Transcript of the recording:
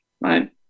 right